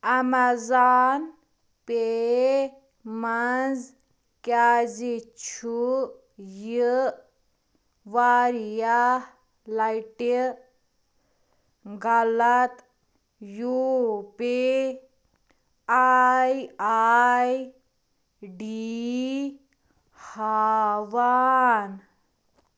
Amazon پے منٛز کیٛازِ چھُ یہِ واریاہ لَٹہِ غلط U P I I D ہاوان